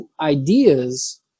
ideas